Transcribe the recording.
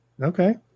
Okay